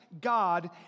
God